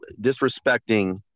disrespecting